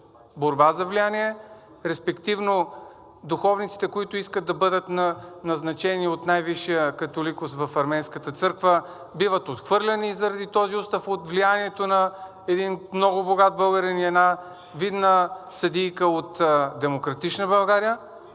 борба за влияние, респективно духовниците, които искат да бъдат назначени от най-висшия католикос в Арменската църква, биват отхвърляни заради този устав от влиянието на един много богат българин и една видна съдийка от „Демократична България“.